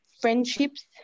friendships